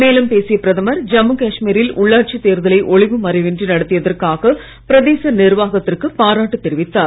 மேலும்பேசியபிரதமர் ஜம்முகாஷ்மீரில்உள்ளாட்சிதேர்தலைஒளிவுமறைவின்றிநடத்தியதற்காக பிரதேசநிர்வாகத்திற்குபாராட்டுதெரிவித்தார்